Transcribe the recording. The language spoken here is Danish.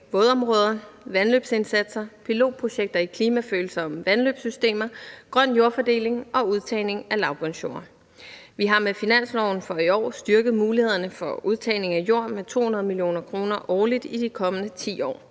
vådområder, vandløbsindsatser, pilotprojekter i klimafølsomme vandløbssystemer, grøn jordfordeling og udtagning af lavbundsjord. Vi har med finansloven for i år styrket mulighederne for udtagning af jord med 200 mio. kr. årligt i de kommende 10 år,